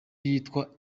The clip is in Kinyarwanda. yitwa